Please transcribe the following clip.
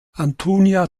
antonia